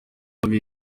ibi